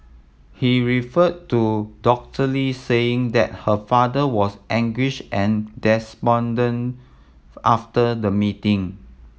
he referred to Dr Lee saying that her father was anguish and despondent after the meeting